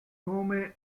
nome